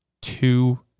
two